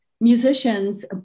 musicians